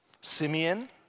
Simeon